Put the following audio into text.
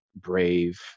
brave